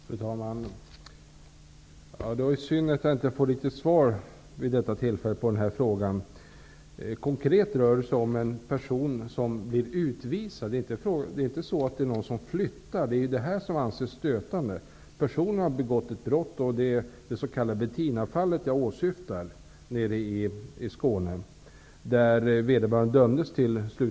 Fru talman! Det är synd att jag vid detta tillfälle inte riktigt får svar på den här frågan. Konkret rör det sig om en person som blir utvisad. Det handlar inte om någon som flyttar. Det är detta som anses stötande. Personen har begått ett brott. Jag åsyftar det s.k. Bettinafallet i Skåne.